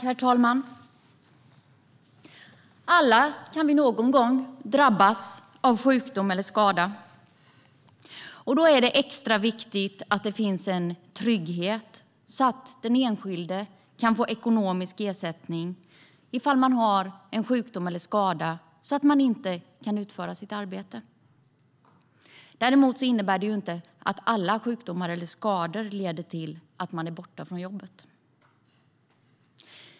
Herr talman! Alla kan vi någon gång drabbas av sjukdom eller skada. Då är det extra viktigt att det finns en trygghet så att den enskilde kan få ekonomisk ersättning ifall den har en sjukdom eller skada som gör att den inte kan utföra sitt arbete. Däremot innebär inte alla sjukdomar eller skador att man är borta från jobbet.